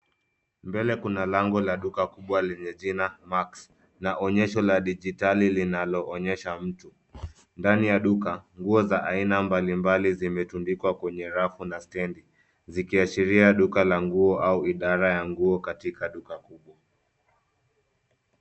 Mbele kuna lango la Duka kuu lenye jina max na onyesho la dijitali linaloonyesha mtu. Ndani ya duka, nguo za aina mbali mbali zimetundikwa kwenye rafu na stendi zikiashiria duka la nguo au idara ya nguo katika Duka kuu.